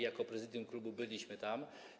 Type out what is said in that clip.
Jako prezydium klubu byliśmy tam.